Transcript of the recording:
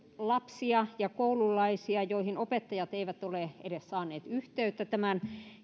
lapsia ja koululaisia joihin opettajat eivät ole edes saaneet yhteyttä tämän